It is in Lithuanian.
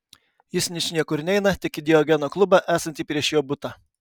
jis ničniekur neina tik į diogeno klubą esantį prieš jo butą